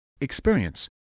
experience